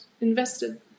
invested